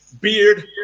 beard